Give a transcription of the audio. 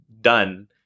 done